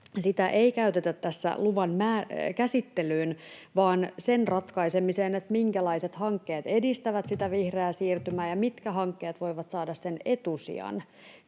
ei käytetä tässä luvan käsittelyyn vaan sen ratkaisemiseen, minkälaiset hankkeet edistävät sitä vihreää siirtymää ja mitkä hankkeet voivat saada sen etusijan.